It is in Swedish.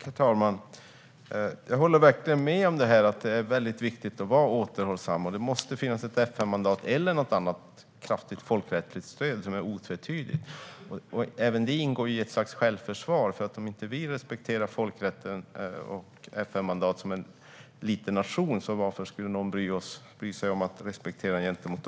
Herr talman! Jag håller verkligen med om att det är viktigt att vara återhållsam och att det måste finnas ett FN-mandat eller något annat kraftigt och otvetydigt folkrättsligt stöd. I det ingår även ett slags självförsvar, för varför skulle någon bry sig om att respektera folkrätten och FN-mandat gentemot oss om inte vi, som är liten nation, respekterar den?